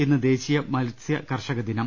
ഇന്ന് ദേശീയ മത്സ്യകർഷക ദിനം